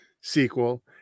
sequel